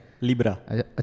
Libra